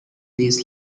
this